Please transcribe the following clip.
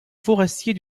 forestier